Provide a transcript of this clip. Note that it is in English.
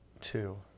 two